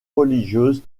religieuse